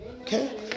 Okay